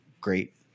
great –